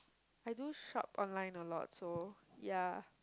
I do shop online a lot so ya